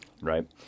right